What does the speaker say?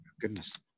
goodness –